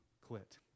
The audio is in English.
quit